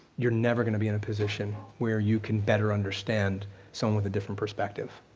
you're never going to be in a position where you can better understand someone with a different perspective.